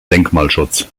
denkmalschutz